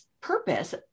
purpose